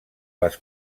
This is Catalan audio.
les